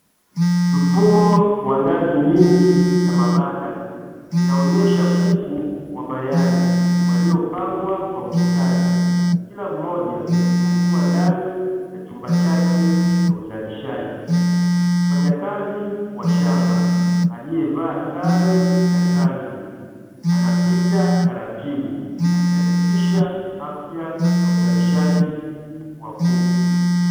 Mfumo wa ngazi nying za mabanda, inaonyesha inaonesha kuku wa moyai, waliopangwa kwa ustadi, kila mmoja akiwa ndani ya chumba chake cha uzalishaji, mfanyakazi wa shamba aliyevaa sale ya kazi, anapita taratibu akiakikisha afya na uzalishaji wa kuku.